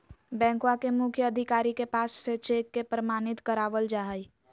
बैंकवा के मुख्य अधिकारी के पास से चेक के प्रमाणित करवावल जाहई